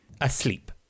asleep